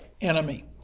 enemy